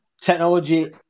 Technology